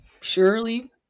surely